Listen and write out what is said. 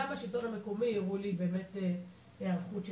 גם השלטון המקומי הראו לי באמת היערכות שלהם.